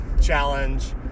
challenge